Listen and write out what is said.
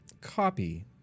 copy